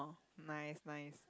nice nice